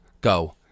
go